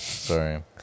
sorry